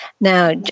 now